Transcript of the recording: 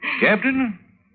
Captain